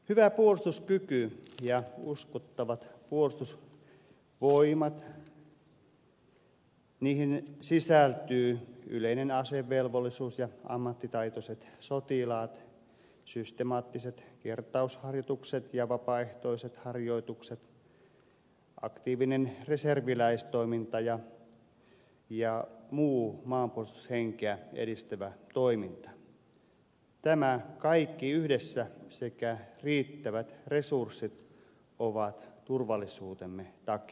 hyvä puolustuskyky ja uskottavat puolustusvoimat niihin sisältyvä yleinen asevelvollisuus ja ammattitaitoiset sotilaat systemaattiset kertausharjoitukset ja vapaaehtoiset harjoitukset aktiivinen reserviläistoiminta ja muu maanpuolustushenkeä edistävä toiminta nämä kaikki yhdessä sekä riittävät resurssit ovat turvallisuutemme takeena